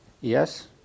yes